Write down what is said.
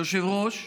היושב-ראש,